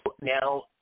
now